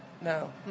No